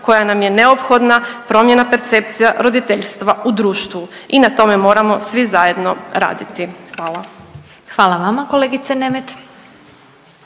koja nam je neophodna promjena percepcija roditeljstva u društvu i na tome moramo svi zajedno raditi, hvala. **Glasovac, Sabina